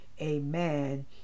Amen